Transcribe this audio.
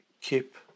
keep